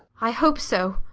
i hope so.